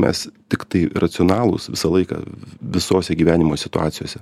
mes tiktai racionalūs visą laiką visose gyvenimo situacijose